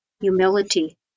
Humility